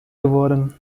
geworden